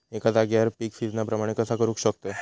एका जाग्यार पीक सिजना प्रमाणे कसा करुक शकतय?